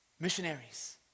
missionaries